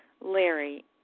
Larry